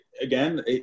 again